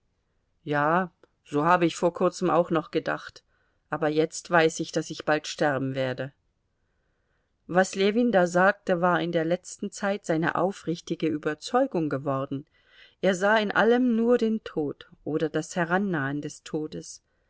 ja so habe ich vor kurzem auch noch gedacht aber jetzt weiß ich daß ich bald sterben werde was ljewin da sagte war in der letzten zeit seine aufrichtige überzeugung geworden er sah in allem nur den tod oder das herannahen des todes